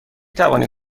توانی